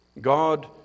God